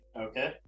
Okay